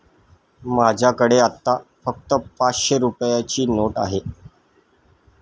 माझ्याकडे आता फक्त पाचशे रुपयांची नोट आहे